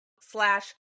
slash